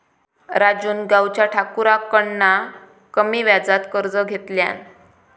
राजून गावच्या ठाकुराकडना कमी व्याजात कर्ज घेतल्यान